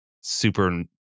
super